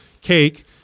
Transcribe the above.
cake